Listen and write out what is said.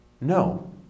no